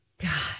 God